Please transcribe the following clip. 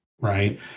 right